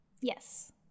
Yes